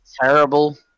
Terrible